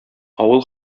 авыл